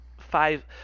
five –